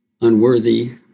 unworthy